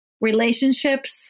relationships